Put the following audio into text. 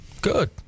Good